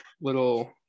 little